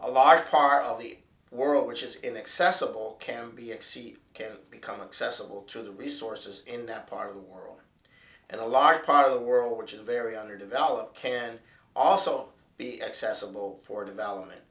a large part of the world which is inaccessible can be exceeded can become accessible to the resources in that part of the world and a large part of the world which is very underdeveloped can also be accessible for development